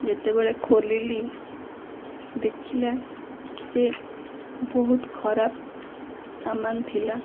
ଯେତେବେଳେ ଖୋଲିଲି ଦେଖିଲା ଯେ ବହୁତ ଖରାପ ସାମାନ ଥିଲା